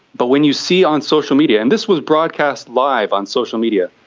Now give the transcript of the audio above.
but when you see on social media, and this was broadcast live on social media,